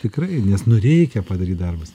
tikrai nes nu reikia padaryt darbus